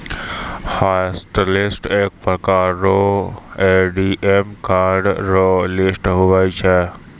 hotlist एक प्रकार रो ए.टी.एम कार्ड रो लिस्ट हुवै छै